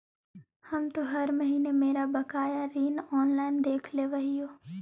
हम तो हर महीने मेरा बकाया ऋण ऑनलाइन देख लेव हियो